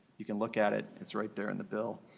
you can look at it is right there in the bill.